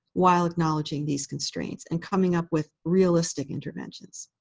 while acknowledging these constraints and coming up with realistic interventions.